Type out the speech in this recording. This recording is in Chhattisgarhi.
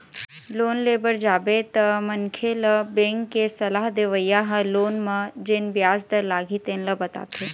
लोन ले बर जाबे तअमनखे ल बेंक के सलाह देवइया ह लोन म जेन बियाज दर लागही तेन ल बताथे